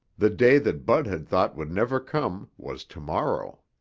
the day that bud had thought would never come was tomorrow.